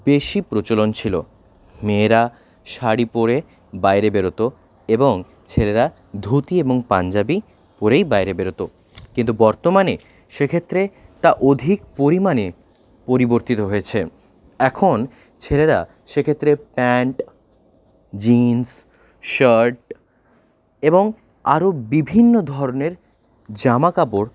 বেশি প্রচলন ছিল মেয়েরা শাড়ি পরে বাইরে বেরোত এবং ছেলেরা ধুতি এবং পাঞ্জাবি পরেই বাইরে বেরোত কিন্তু বর্তমানে সেক্ষেত্রে তা অধিক পরিমাণে পরিবর্তিত হয়েছে এখন ছেলেরা সেক্ষেত্রে প্যান্ট জিন্স শার্ট এবং আরও বিভিন্ন ধরনের জামা কাপড়